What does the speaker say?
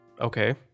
Okay